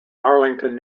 arlington